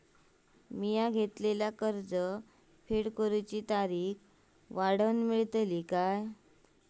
मी घेतलाला कर्ज फेड करूची तारिक वाढवन मेलतली काय?